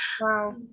Wow